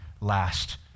last